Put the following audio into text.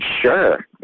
Sure